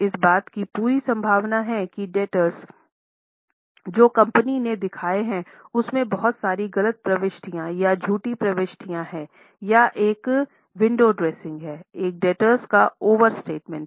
इस बात की पूरी संभावना है कि डेब्टर्स जो कंपनी ने दिखाया हैं उसमें बहुत सारी गलत प्रविष्टियाँ या झूठी प्रविष्टियाँ हैं या एक विन्डो ड्रेसिंग है एक डेब्टर्स का ओवर स्टेटमेंट है